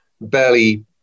barely